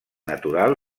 natural